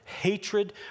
hatred